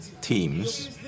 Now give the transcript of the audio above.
teams